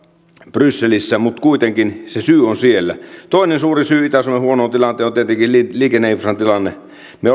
brysselissä mutta kuitenkin se syy on siellä toinen suuri syy itä suomen huonoon tilaan on tietenkin liikenneinfran tilanne me